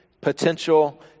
potential